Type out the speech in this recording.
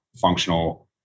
functional